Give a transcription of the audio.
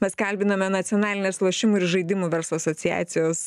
mes kalbiname nacionalinės lošimų ir žaidimų verslo asociacijos